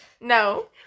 No